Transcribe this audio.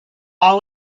all